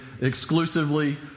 exclusively